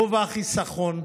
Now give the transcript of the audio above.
גובה החיסכון,